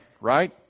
Right